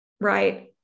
Right